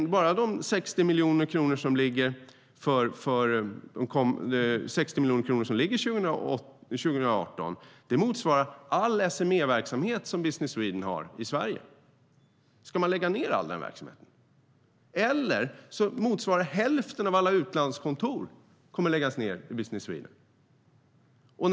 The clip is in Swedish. De 60 miljoner kronor som ligger för 2018 motsvarar all SME-verksamhet som Business Sweden har i Sverige. Ska man lägga ned all den verksamheten? Det motsvarar annars hälften av alla utlandskontor, som då måste läggas ned.